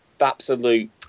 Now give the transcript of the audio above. absolute